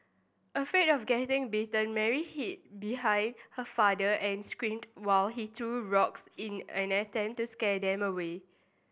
afraid of getting bitten Mary hid behind her father and screamed while he threw rocks in an attempt to scare them away